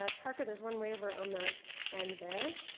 ah parker, there's one way over on the end there.